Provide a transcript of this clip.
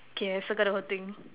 K I circle the whole thing